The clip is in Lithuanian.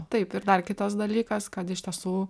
taip ir dar kitas dalykas kad iš tiesų